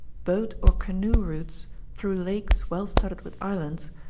boat or canoe routes through lakes well studded with islands,